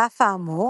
על אף האמור,